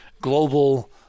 Global